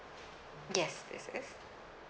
yes this is